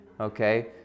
okay